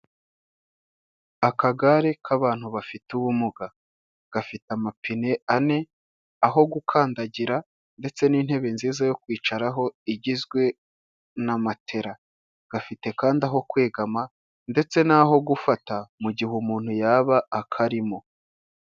Akagare k'abantu bafite ubumuga. Gafite amapine ane, aho gukandagira ndetse n'intebe nziza yo kwicaraho igizwe na matera. Gafite kandi aho kwegama ndetse n'aho gufata mu gihe umuntu yaba akarimo.